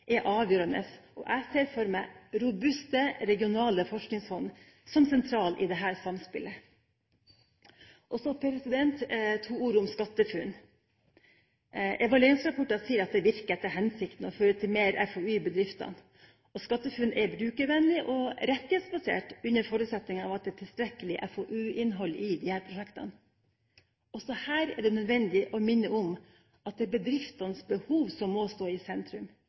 er avgjørende, og jeg ser for meg robuste, regionale forskningsfond som sentrale i dette samspillet. To ord om SkatteFUNN: Evalueringsrapporter sier at det virker etter hensikten og fører til mer FoU i bedriftene. SkatteFUNN er brukervennlig og rettighetsbasert, under forutsetning av at det er tilstrekkelig FoU-innhold i disse prosjektene. Også her er det nødvendig å minne om at det er bedriftenes behov som må stå i sentrum.